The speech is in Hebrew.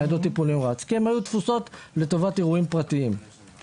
הניידות היו תפוסות לטובת אירועים פרטיים,